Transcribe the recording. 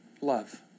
love